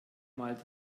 mal